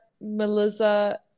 Melissa